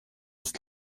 ist